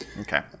Okay